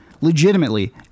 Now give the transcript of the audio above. legitimately